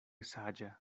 saĝa